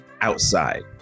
outside